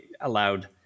allowed